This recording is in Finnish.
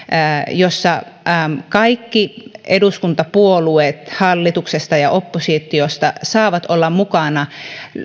jossa kaikki eduskuntapuolueet hallituksesta ja oppositiosta saavat olla mukana